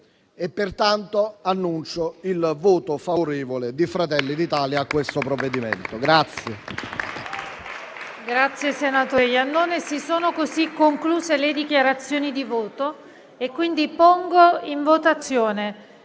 Pertanto, annuncio il voto favorevole di Fratelli d'Italia a questo provvedimento.